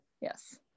Yes